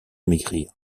maigrir